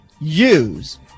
use